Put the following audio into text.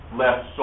left